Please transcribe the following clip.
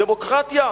דמוקרטיה?